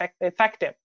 effective